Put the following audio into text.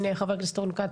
הנה ח"כ רון כץ,